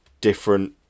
different